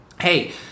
hey